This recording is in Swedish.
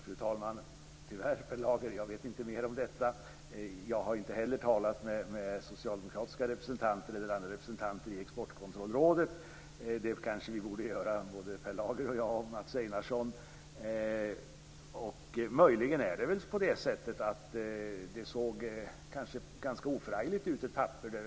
Fru talman! Tyvärr, Per Lager, vet jag inte mer om detta. Jag har inte heller talat med några socialdemokratiska representanter eller andra representanter i Exportkontrollrådet. Det kanske vi borde göra såväl Per Lager som Mats Einarsson och jag. Möjligen såg ärendet ganska oförargligt ut i papperen.